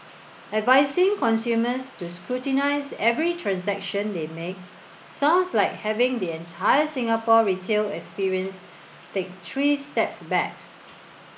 advising consumers to scrutinise every transaction they make sounds like having the entire Singapore retail experience take three steps back